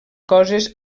coses